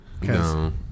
No